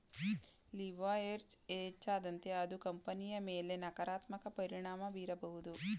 leverage ಹೆಚ್ಚಾದಂತೆ ಅದು ಕಂಪನಿಯ ಮೇಲೆ ನಕಾರಾತ್ಮಕ ಪರಿಣಾಮ ಬೀರಬಹುದು